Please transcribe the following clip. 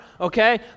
okay